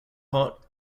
hot